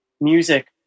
music